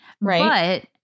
Right